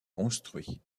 construit